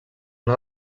una